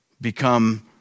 become